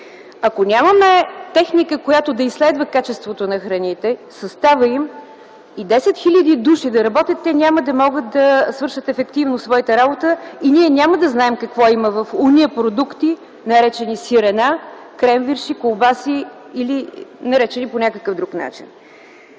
Ако нямаме техника, която да изследва качеството на храните и състава им, и 10 000 души да работят, те няма да могат да свършат ефективно своята работа и ние няма да знаем какво има в онези продукти, наречени сирена, кренвирши, колбаси или наречени по някакъв друг начин.